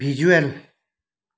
visual